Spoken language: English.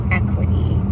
equity